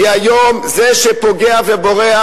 כי היום זה שפוגע ובורח,